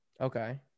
Okay